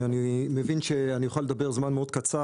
אני מבין שאוכל לדבר זמן קצר מאוד,